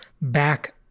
back